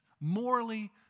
morally